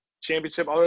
championship